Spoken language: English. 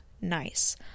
nice